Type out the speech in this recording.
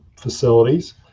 facilities